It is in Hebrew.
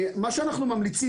מה שאנחנו ממליצים,